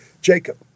Jacob